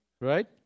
right